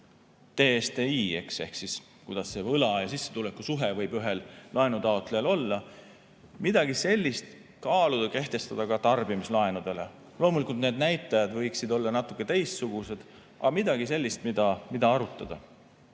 DSTI ehk kuidas see võla ja sissetuleku suhe võib ühel laenutaotlejal olla, midagi sellist võiks kaaluda kehtestada ka tarbimislaenudele. Loomulikult, need näitajad võiksid olla natuke teistsugused, aga see on midagi sellist, mida arutada.